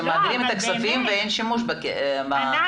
שמעבירים את הכספים ואין שימוש --- ענת,